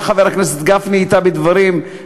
חבר הכנסת גפני בא אתה בדברים,